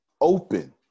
open